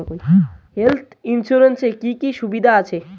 Health insurance এ কি কি সুবিধা আছে?